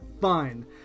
fine